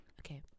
Okay